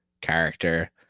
character